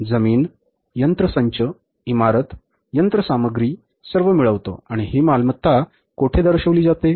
आपण जमीन यंत्रसंच इमारत यंत्रसामग्री सर्व मिळवतो आणि ही मालमत्ता कोठे दर्शविली जाते